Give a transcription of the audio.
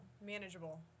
manageable